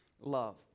love